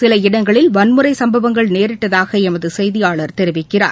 சில இடங்களில் வன்முறை சம்பவங்கள் நேரிட்டதாக எமது செய்தியாளர் தெரிவிக்கிறார்